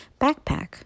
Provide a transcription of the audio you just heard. backpack